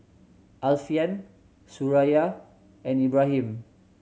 Alfian Suraya and Ibrahim